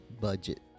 budget